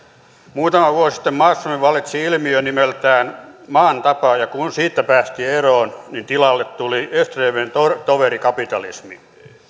muutama vuosi sitten maassamme vallitsi ilmiö nimeltään maan tapa ja kun siitä päästiin eroon niin tilalle tuli sdpn toverikapitalismi